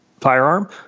firearm